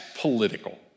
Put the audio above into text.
political